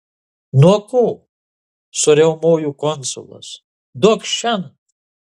nuo ko suriaumojo konsulas duokš šen